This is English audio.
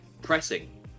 pressing